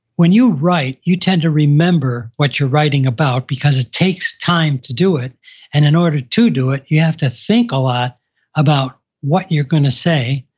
when you write, you tend to remember what you're writing about because it takes time to do it and in order to do it, you have to think a lot about what you're going to say,